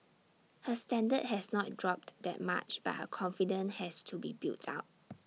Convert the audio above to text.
her standard has not dropped that much but her confidence has to be built up